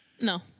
No